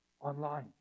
online